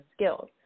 skills